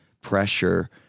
pressure